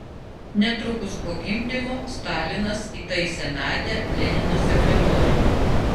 netrukus po gimdymo stalinas įtaisė nadią lenino sekretore